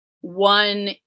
one